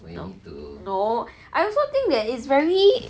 no I also think that it's very